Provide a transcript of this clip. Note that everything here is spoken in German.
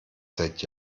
seit